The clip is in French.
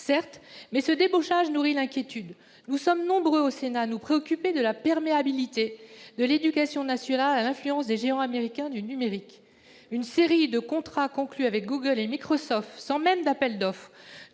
Certes, mais ce débauchage nourrit l'inquiétude. Nous sommes nombreux au Sénat à nous préoccuper de la perméabilité de l'éducation nationale à l'influence des géants américains du numérique. Très bien ! Une série de contrats conclus avec Google et Microsoft sans même d'appels d'offres